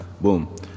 Boom